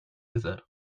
visit